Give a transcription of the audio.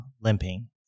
limping